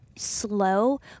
slow